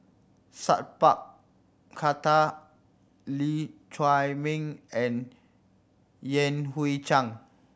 Sat Pal Khattar Lee Chiaw Meng and Yan Hui Chang